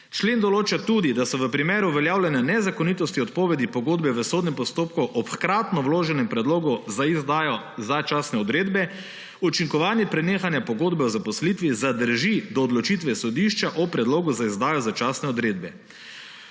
Člen določa tudi, da se v primeru uveljavljanja nezakonitosti odpovedi pogodbe v sodnem postopku ob hkratno vloženem predlogu za izdajo začasne odredbe učinkovanje prenehanja pogodbe o zaposlitvi zadrži do odločitve sodišča o predlogu za izdajo začasne odredbe.